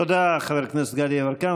תודה, חבר הכנסת גדי יברקן.